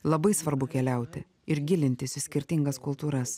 labai svarbu keliauti ir gilintis į skirtingas kultūras